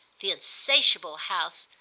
the insatiable house,